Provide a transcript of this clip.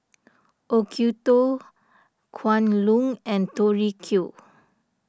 Acuto Kwan Loong and Tori Q